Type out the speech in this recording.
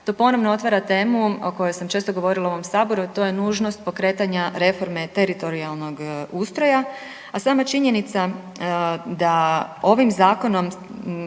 To ponovno otvara temu o kojoj sam često govorila u ovom Saboru, a to je nužnost pokretanja reforme teritorijalnog ustroja, a sama činjenica da ovim Zakonom